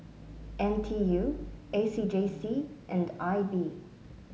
N T U A C J C and I B